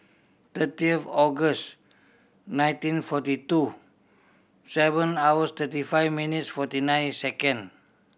thirty of August nineteen forty two seven hours thirty five minutes forty nine second